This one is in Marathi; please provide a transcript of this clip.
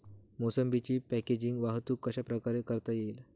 मोसंबीची पॅकेजिंग वाहतूक कशाप्रकारे करता येईल?